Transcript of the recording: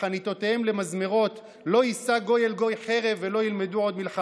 הם יישארו אפס.